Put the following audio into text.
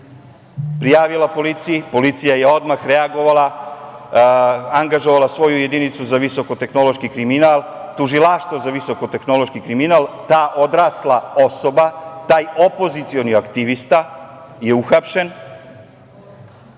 prijavila policiji. Policija je odmah reagovala, angažovala svoju jedinicu za visoko-tehnološki kriminal, Tužilaštvo za visoko-tehnološki kriminal. Ta odrasla osoba, taj opozicioni aktivista je uhapšen